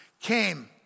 came